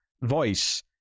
voice